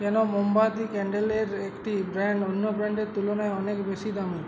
কেন মোমবাতি ক্যান্ডেলের একটি ব্র্যান্ড অন্য ব্র্যান্ডের তুলনায় অনেক বেশি দামি